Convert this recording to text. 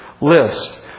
list